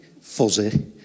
fuzzy